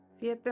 Siete